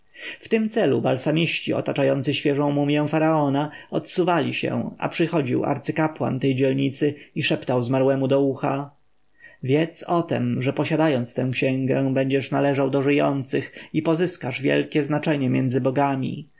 w tym celu balsamiści otaczający świeżą mumję faraona odsuwali się a przychodził arcykapłan tej dzielnicy i szeptał zmarłemu do ucha wiedz o tem że posiadając tę księgę będziesz należał do żyjących i pozyskasz wielkie znaczenie między bogami